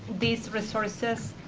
these resources,